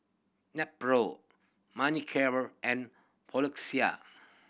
Nepro Manicare and Floxia